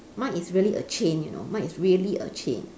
mine is really a chain you know mine is really a chain